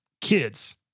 kids